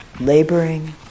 laboring